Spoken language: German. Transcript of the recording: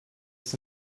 das